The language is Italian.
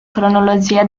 cronologia